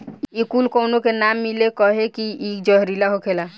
इ कूल काउनो के ना मिले कहे की इ जहरीला होखेला